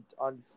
on